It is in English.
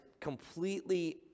completely